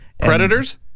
Predators